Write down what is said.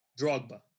Drogba